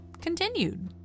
continued